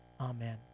Amen